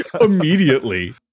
immediately